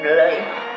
life